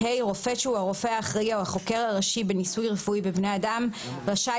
רופא שהוא הרופא האחראי או החוקר הראשי בניסוי רפואי בבני אדם רשאי